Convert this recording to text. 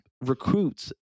recruits